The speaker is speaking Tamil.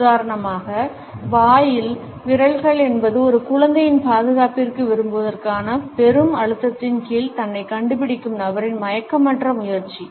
உதாரணமாக வாயில் விரல்கள் என்பது ஒரு குழந்தையின் பாதுகாப்பிற்கு திரும்புவதற்கான பெரும் அழுத்தத்தின் கீழ் தன்னைக் கண்டுபிடிக்கும் நபரின் மயக்கமற்ற முயற்சி